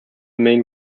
main